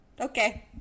Okay